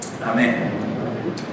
Amen